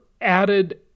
added